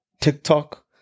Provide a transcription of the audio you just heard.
TikTok